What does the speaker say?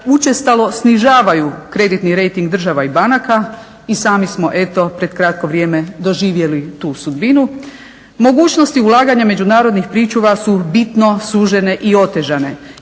učestalo snižavaju kreditni rejting država i banaka i sami smo eto pred kratko vrijeme doživjeli tu sudbinu. Mogućnosti ulaganja međunarodnih pričuva su bitno sužene i otežane